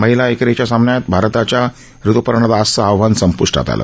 महिला एकेरिच्या सामन्यात भारताच्या ऋतुपर्णा दासचं आव्हान संप्ष्टात आलं